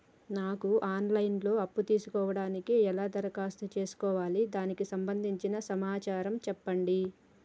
నాకు online లో అప్పు తీసుకోవడానికి ఎలా దరఖాస్తు చేసుకోవాలి దానికి సంబంధించిన సమాచారం చెప్పండి?